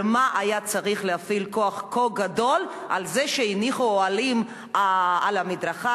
למה היה צריך להפעיל כוח כה גדול על זה שהניחו אוהלים על המדרכה?